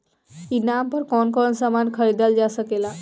ई नाम पर कौन कौन समान खरीदल जा सकेला?